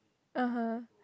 (uh huh)